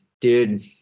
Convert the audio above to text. dude